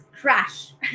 crash